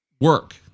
work